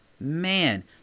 man